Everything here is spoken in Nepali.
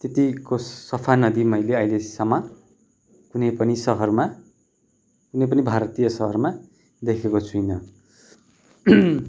त्यतिको सफा नदी मैले अहिलेसम्म कुनै पनि सहरमा कुनै पनि भारतीय सहरमा देखेको छुइनँ